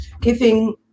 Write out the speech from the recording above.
giving